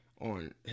on